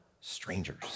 strangers